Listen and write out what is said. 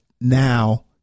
now